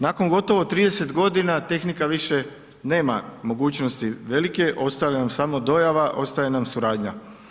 Nakon gotovo 30 g. tehnika više nema mogućnosti velike, ostaje nam samo dojava, ostaje nam suradnja.